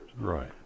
Right